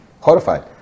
Horrified